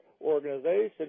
organization